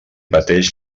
pateix